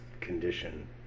condition